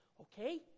Okay